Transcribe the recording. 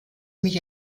mich